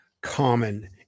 common